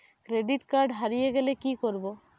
Credit card হারিয়ে গেলে কি করব?